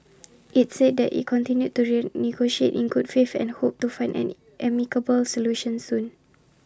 IT said IT continued to rain negotiate in good faith and hoped to find an amicable solution soon